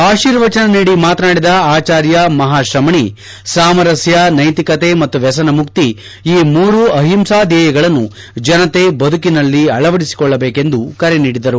ಆಶೀರ್ವಚನ ನೀಡಿ ಮಾತನಾಡಿದ ಆಚಾರ್ಯ ಮಪಾ ಶ್ರಮಣೇ ಸಾಮರಸ್ಕ ನೈತಿಕತೆ ಮತ್ತು ವ್ಯಸನ ಮುಕ್ತಿ ಈ ಮೂರು ಅಹಿಂಸಾ ಧ್ಯೇಯಗಳನ್ನು ಜನತೆ ಬದುಕಿನಲ್ಲಿ ಅಳವಡಿಸಿಕೊಳ್ಳಬೇಕೆಂದು ಕರೆ ನೀಡಿದರು